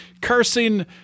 cursing